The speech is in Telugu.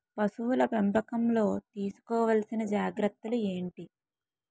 పశువుల పెంపకంలో తీసుకోవల్సిన జాగ్రత్తలు ఏంటి?